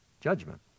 judgment